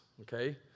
okay